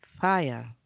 fire